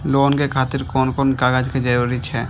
Loan के खातिर कोन कोन कागज के जरूरी छै?